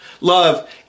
Love